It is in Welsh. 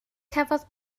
cafodd